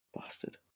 Bastard